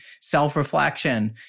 self-reflection